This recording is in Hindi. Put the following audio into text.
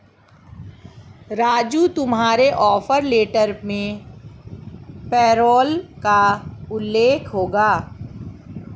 राजू तुम्हारे ऑफर लेटर में पैरोल का उल्लेख होगा